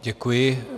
Děkuji.